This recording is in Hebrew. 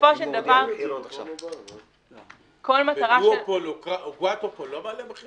ובסופו של דבר ראינו בעבר